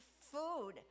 food